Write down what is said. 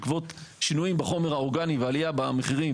בעקבות שינויים בחומר האורגני ועלייה במחירים,